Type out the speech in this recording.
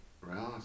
Right